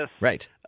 Right